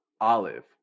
olive